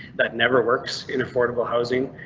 that never works in affordable housing.